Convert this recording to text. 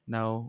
Now